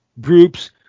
Groups